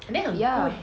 ya